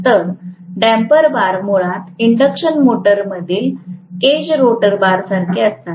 तर damper bar मुळात induction मोटरमधील केज रोटर बारसारखेच असतात